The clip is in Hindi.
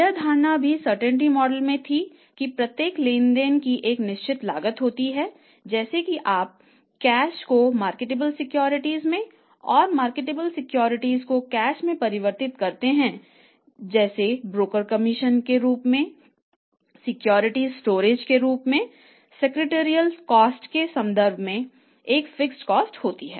यह धारणा भी सर्टेंटी मॉडल होती है